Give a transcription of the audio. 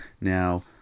Now